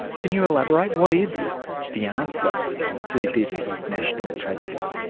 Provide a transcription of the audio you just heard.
can you elaborate? what is the answer to this national tragedy?